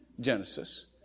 Genesis